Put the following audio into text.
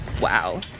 Wow